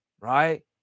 right